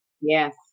Yes